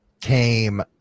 came